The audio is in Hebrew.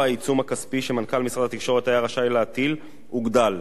העיצום הכספי שמנכ"ל משרד התקשורת היה רשאי להטיל הועלה,